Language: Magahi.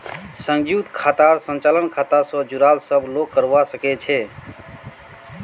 संयुक्त खातार संचालन खाता स जुराल सब लोग करवा सके छै